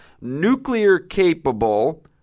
nuclear-capable